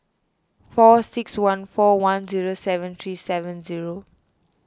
four six one four one zero seven three seven zero